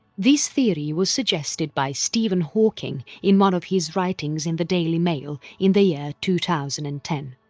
this theory was suggested by stephen hawking in one of his writings in the daily mail in the year two thousand and ten.